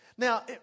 Now